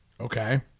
Okay